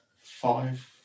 Five